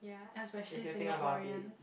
especially Singaporean